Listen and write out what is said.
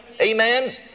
Amen